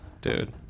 Dude